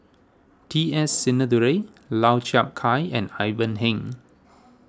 T S Sinnathuray Lau Chiap Khai and Ivan Heng